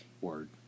Word